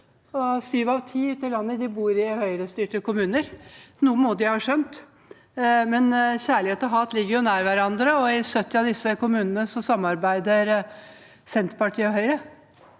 av ti ute i landet bor i Høyre-styrte kommuner. Noe må de ha skjønt, men kjærlighet og hat ligger jo nære hverandre, og i 70 av disse kommunene samarbeider Senterpartiet og Høyre,